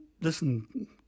listen